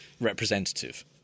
representative